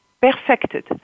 perfected